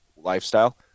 lifestyle